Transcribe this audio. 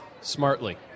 Smartly